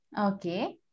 Okay